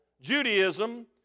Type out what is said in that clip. Judaism